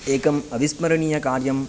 एकम् अविस्मरणीयकार्यं